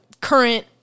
current